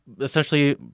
essentially